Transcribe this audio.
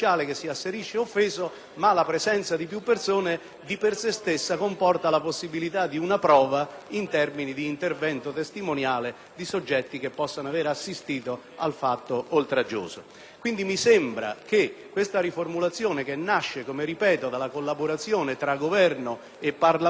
di per se stessa comporta la possibilità di una prova in termini di intervento testimoniale di soggetti che possano avere assistito al fatto oltraggioso. Mi sembra che la riformulazione, che nasce - lo ripeto - dalla collaborazione tra Governo e Parlamento nei suoi vari settori, sia un esempio classico